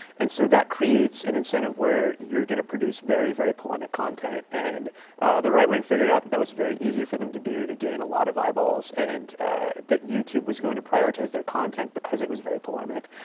and so that creates an incentive where you're going to produce very, very polemic content. and the right wing figured out that that was very easy for them to do to gain a lot of eyeballs and that youtube was going to prioritize their content because it was very polemic.